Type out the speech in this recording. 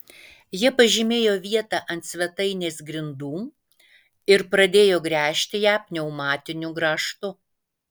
jie pažymėjo vietą ant svetainės grindų ir pradėjo gręžti ją pneumatiniu grąžtu